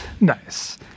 Nice